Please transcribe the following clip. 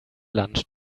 lunch